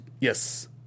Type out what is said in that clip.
Yes